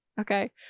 okay